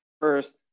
first